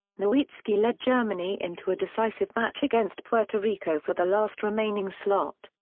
nowitzki led germany into a decisive match against puerto rico for the last remaining slot.